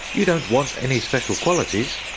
you don't want any special qualities.